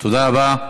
תודה רבה.